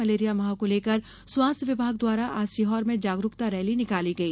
malaria माह को लेकर स्वास्थ्य विभाग द्वारा आज सीहोर में जागरूकता रैली निकाली गई